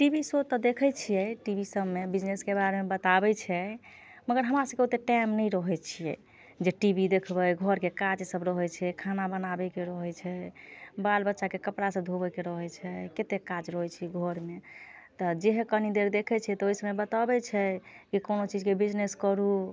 T V show तक दखै छियै टी वी सभमे बिजनेसके बारे मे बताबै छै मगर हमरा सभके ओते टाइम नइ रहै छै जे टी वी देखबै घरके काज सभ रहै छै खाना बनाबै के रहै छै बाल बच्चा के कपड़ा सभ धोबै के रहै छै कते काज रहै छै घर मे तऽ जेहे कनि देर देखै छियै तऽ ओइ समय बतोबै छै कि कोनो चीज के बिजनेस करू